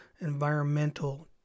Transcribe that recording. environmental